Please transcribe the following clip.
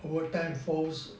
overtime falls